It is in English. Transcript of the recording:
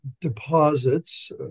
deposits